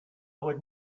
would